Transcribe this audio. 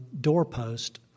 doorpost